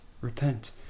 repent